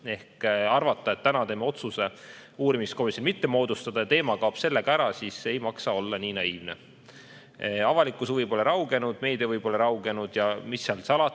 ole. Arvata, et kui täna teeme otsuse uurimiskomisjoni mitte moodustada, siis teema kaob sellega ära – ei maksa olla nii naiivne. Avalikkuse huvi pole raugenud, meedia huvi pole raugenud, ja mis seal salata,